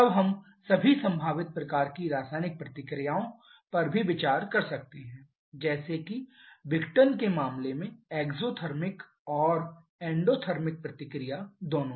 तब हम सभी संभावित प्रकार की रासायनिक प्रतिक्रियाओं पर भी विचार कर सकते हैं जैसे कि विघटन के मामले में एक्ज़ोथिर्मिक और एंडोथर्मिक प्रतिक्रिया दोनों